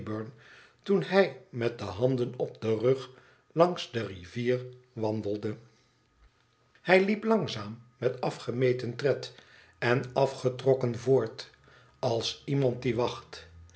toen hij met de handen op den mg langs de rivier wandelde hij liep langzaam met afgemeten tred en afgetrokken voort als iemand die wacht